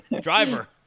Driver